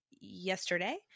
yesterday